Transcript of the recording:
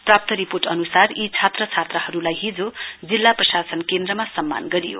प्राप्त रिपोर्ट अनुसार यी छात्र छात्राहरुलाई हिजो जिल्ला प्रशासन केन्द्रमा सम्मान गरियो